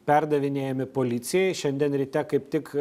perdavinėjami policijai šiandien ryte kaip tik